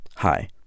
Hi